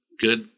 good